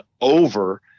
over